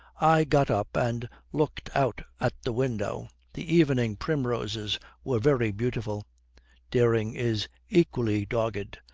i got up and looked out at the window. the evening primroses were very beautiful dering is equally dogged.